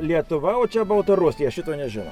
lietuva o čia baltarusija šito nežino